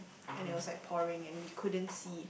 and it was like pouring and we couldn't see